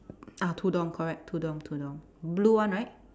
ah tudung correct tudung tudung blue one right